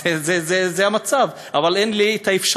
זה המצב, אבל אין לי אפשרות